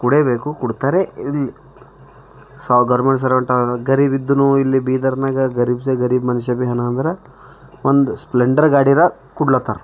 ಕೂಡೇಬೇಕು ಕೂಡ್ತಾರೆ ಇಲ್ಲಿ ಗರೀಬಿದ್ದುನೂ ಇಲ್ಲಿ ಬೀದರ್ನಾಗ ಗರೀಬ್ಸೆ ಗರೀಬ್ ಮನಷ್ಯ ಬೀ ಏನಂದ್ರೆ ಒಂದು ಸ್ಪೆಂಡರ್ ಗಾಡೀದಾಗೆ ಕೂಡ್ಲಾತ್ತಾರ